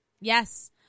Yes